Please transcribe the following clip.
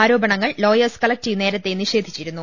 ആരോപണങ്ങൾ Lawyers Collective നേരത്തെ നിഷേധിച്ചിരുന്നു